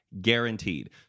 guaranteed